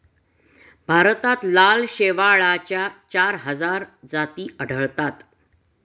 भारतात लाल शेवाळाच्या चार हजार जाती आढळतात